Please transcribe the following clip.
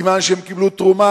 אז זה סימן שהם קיבלו תרומה,